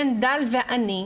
דל ועני,